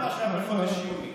לא מדבר על מה שהיה בחודש יוני.